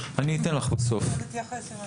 איגוד מרכזי הסיוע